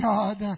God